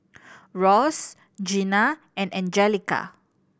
Ross Gina and Angelica